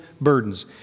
burdens